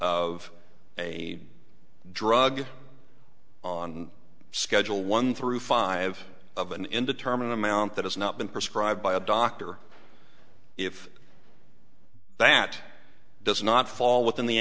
of a drug on schedule one through five of an indeterminate amount that has not been prescribed by a doctor if that does not fall within the